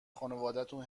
خونوادتون